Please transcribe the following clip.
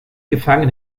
gefangen